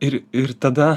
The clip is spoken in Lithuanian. ir ir tada